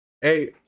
Hey